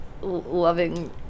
loving